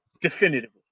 Definitively